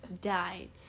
died